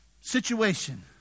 situation